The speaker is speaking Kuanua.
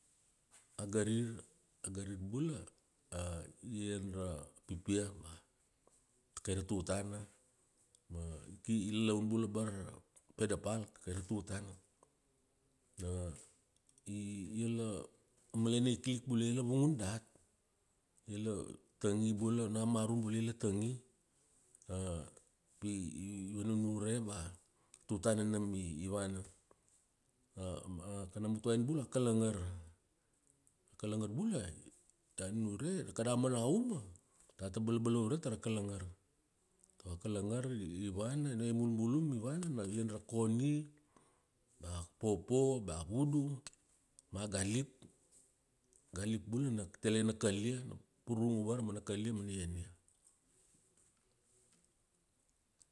A garir, a garir bula, a i iaian ra pipia bea, kai ra tutana, ma i ki, i lalaun bula abara ra pede pal kai ra tutana. I la, malamalana ikilik bula ila vangun dat, ila tangi bula, ona marum bula ila tangi, pi i vanunure bea, tutana nam i vana. Kan a mutuaina bula a kalangar. A kalangar bula, da nunure, kada mana uma, data balabalaure tara kalangar. Tago a kalangar i, i vana ona i mulmulum i vana na ian ra koni, ba popo bea vudu ma galip. A galip bula i tele na kal ia. Pururng ubara ma na kal ia ma na ian ia.